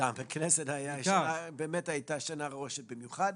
בכנסת באמת הייתה שנה רועשת במיוחד.